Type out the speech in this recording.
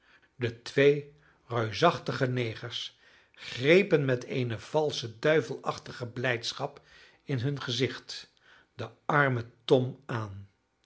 de twee reusachtige negers grepen met eene valsche duivelachtige blijdschap in hun gezicht den armen tom aan